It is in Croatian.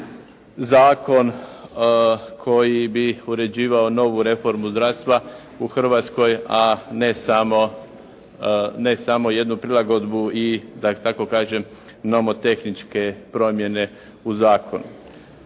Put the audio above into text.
zakon koji bi uređivao novu reformu zdravstva u Hrvatskoj, a ne samo jednu prilagodbu i da tako kažem nomotehničke promjene u zakonu.